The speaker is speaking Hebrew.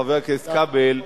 חבר הכנסת כבל,